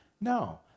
No